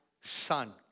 son